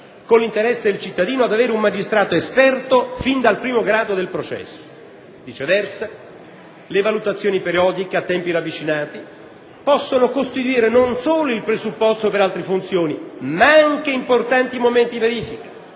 con l'interesse del cittadino ad avere un magistrato esperto fin dal primo grado del processo. Viceversa, le valutazioni periodiche a tempi ravvicinati possono costituire non solo il presupposto per altre funzioni, ma anche importanti momenti di verifica,